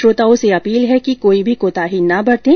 श्रोताओं से अपील है कि कोई भी कोताही न बरतें